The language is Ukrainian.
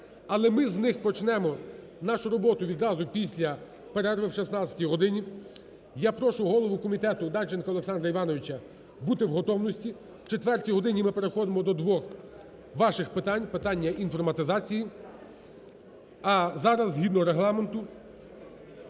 Але ми з них почнемо нашу роботу відразу після перерви о 16-й годині. Я прошу голову комітету Данченко Олександра Івановича бути в готовності, о четвертій годині ми переходимо до двох ваших питань: питання інформатизації. А зараз, згідно Регламенту,